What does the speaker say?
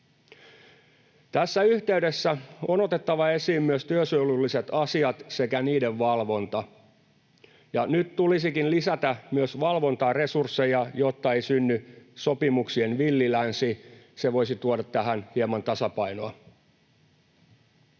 Tässä yhteydessä on otettava esiin myös työsuojelulliset asiat sekä niiden valvonta, ja nyt tulisikin lisätä myös valvontaresursseja, jotta ei synny sopimuksien villi länsi. Se voisi tuoda tähän hieman tasapainoa.